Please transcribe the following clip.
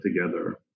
together